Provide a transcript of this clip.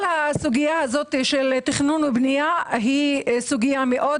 כל הסוגייה הזאת של תכנון ובנייה היא סוגייה מאוד